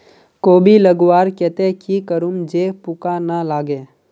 कोबी लगवार केते की करूम जे पूका ना लागे?